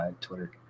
Twitter